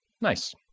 Nice